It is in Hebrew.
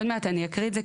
עוד מעט אני אקריא את זה,